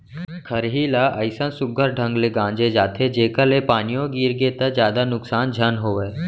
खरही ल अइसन सुग्घर ढंग ले गांजे जाथे जेकर ले पानियो गिरगे त जादा नुकसान झन होवय